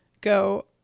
go